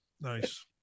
Nice